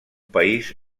país